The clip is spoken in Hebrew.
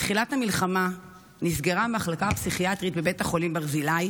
בתחילת המלחמה נסגרה המחלקה הפסיכיאטרית בבית החולים ברזילי,